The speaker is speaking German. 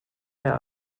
mehr